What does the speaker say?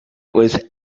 was